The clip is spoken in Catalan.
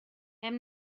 hem